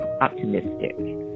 optimistic